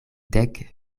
dek